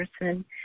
person